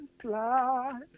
fly